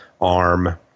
ARM